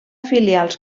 filials